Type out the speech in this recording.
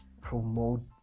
promote